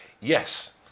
Yes